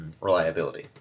reliability